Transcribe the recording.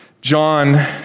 John